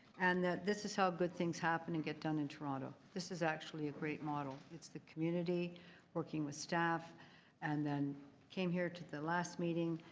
and that this is how good things happen and get done in toronto. this is actually a great model. it's the community working with staff and then came here to the last meeting,